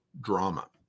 drama